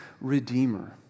Redeemer